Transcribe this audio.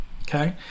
Okay